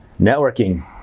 Networking